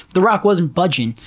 the rock wasn't budging,